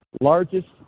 largest